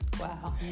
Wow